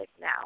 now